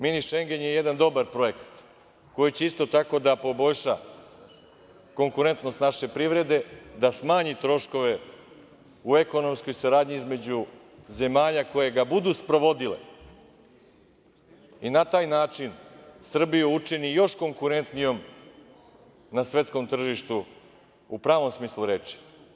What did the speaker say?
Mini Šengen“ je jedan dobar projekat koji će isto tako da poboljša konkurentnost naše privrede, da smanji troškove u ekonomskoj saradnji između zemalja koje ga budu sprovodile i na taj način Srbiju učini još konkurentnijom na svetskom tržištu u pravom smislu reči.